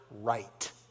right